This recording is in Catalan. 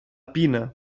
pina